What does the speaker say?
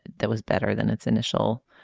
that was better than its initial